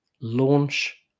launch